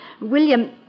William